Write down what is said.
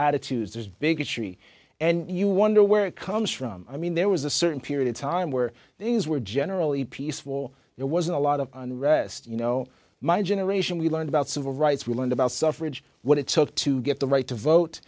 attitudes there's bigotry and you wonder where it comes from i mean there was a certain period of time where these were generally peaceful there was a lot of unrest you know my generation we learned about civil rights we learned about suffrage what it took to get the right to vote